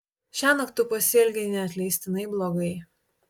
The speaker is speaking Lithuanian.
šiąnakt tu pasielgei neatleistinai blogai